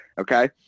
okay